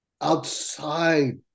outside